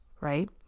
right